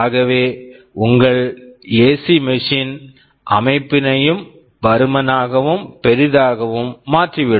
ஆகவே இது உங்கள் ஏசி மெஷின் AC machine ன் அமைப்பினையும் பருமனாகவும் பெரிதாகவும் மாற்றிவிடும்